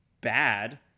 bad